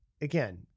Again